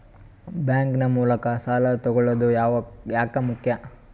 Bank ನ ಮೂಲಕ ಸಾಲ ತಗೊಳ್ಳೋದು ಯಾಕ ಮುಖ್ಯ?